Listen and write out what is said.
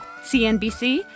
CNBC